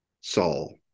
Saul